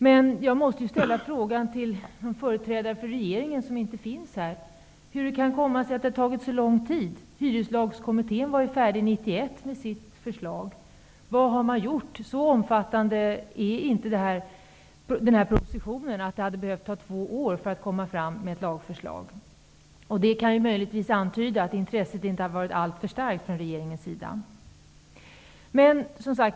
Men jag skulle vilja ställa en fråga till regeringens företrädare, men det finns inte någon sådan här: Hur kan det komma sig att detta tagit så lång tid? Hyreslagskommittén var färdig 1991 med sitt förslag. Vad har man gjort? Så omfattande är inte den här propositionen att det behövs två år för att få fram ett lagförslag. Möjligtvis antyder det att intresset från regeringens sida inte har varit alltför stort.